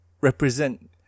represent